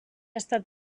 estat